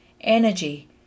energy